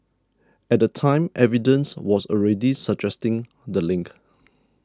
at the time evidence was already suggesting the link